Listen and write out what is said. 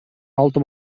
алты